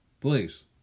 Please